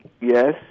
yes